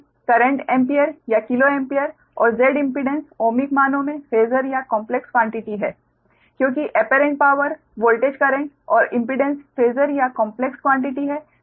I current ampere या kilo ampere और Z impedance ohmic मानों में फेसर या कॉम्प्लेक्स क्वान्टिटी हैं क्योंकि एप्परेंट पावर वोल्टेज करेंट और इम्पीडेंस फेसर या कॉम्प्लेक्स क्वान्टिटी हैं